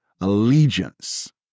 allegiance